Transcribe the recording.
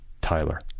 Tyler